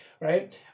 right